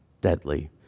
deadly